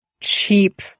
cheap